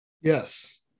Yes